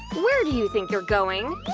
where do you think you're going?